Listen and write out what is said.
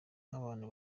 nk’abantu